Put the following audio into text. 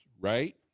right